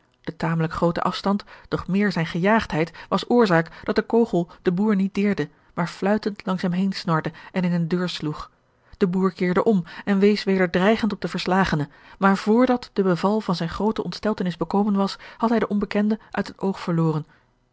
de tamelijk groote afstand doch meer zijne gejaagdheid was oorzaak dat de kogel den boer niet deerde maar fluitend langs hem heen snorde en in eene deur sloeg de boer keerde om en wees weder dreigend op den verslagene maar vrdat de beval van zijne groote ontsteltenis bekomen was had hij den onbekende uit het oog verloren